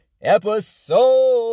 episode